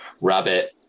rabbit